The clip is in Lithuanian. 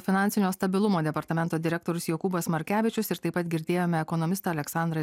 finansinio stabilumo departamento direktorius jokūbas markevičius ir taip pat girdėjome ekonomistą aleksandrą